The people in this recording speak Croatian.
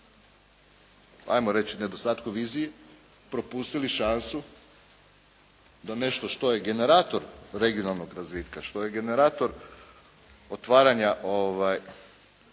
'ajmo reći nedostatku vizije propustili šansu da nešto što je generator regionalnog razvitka, što je generator otvaranja